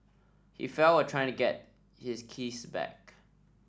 he fell while trying to get his keys back